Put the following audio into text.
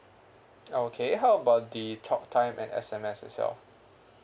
okay how about the talk time and S_M_S itself